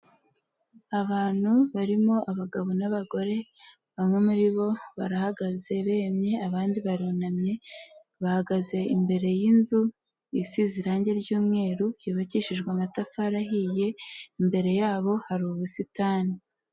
Abantu barimo abagabo n'abagore, bamwe muri bo barahagaze bemye abandi barunamye, bahagaze imbere y'inzu isize irangi ry'umweru, yubakishijwe amatafari ahiye, imbere yabo hari ubusitani.